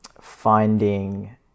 finding